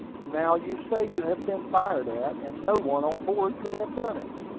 now, you say you have been fired at, and no one on board could have done it.